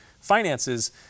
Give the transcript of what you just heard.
finances